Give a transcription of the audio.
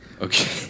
Okay